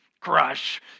crush